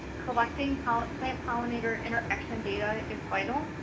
collecting plant pollinator interaction data is vital.